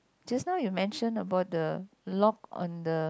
just now you mention about the lock on the